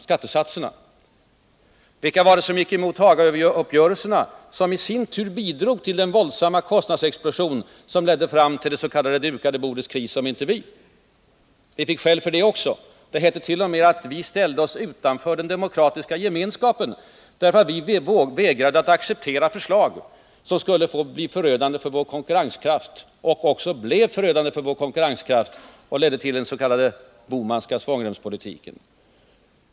För det tredje: Vilka var det som gick emot Hagauppgörelserna, som i sin tur bidrog till den våldsamma kostnadsexplosion som ledde fram till det s.k. dukade bordets kris, om inte vi? Vi fick skäll för det också. Det hette t.o.m. att vi ställde oss utanför den demokratiska gemenskapen, därför att vi vägrade att acceptera förslag som vi ansåg skulle bli förödande för vår konkurrenskraft och som också blev det och framtvingade den s.k. Bohmanska svångremspolitiken.